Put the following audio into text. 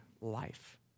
life